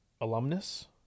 alumnus